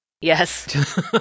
Yes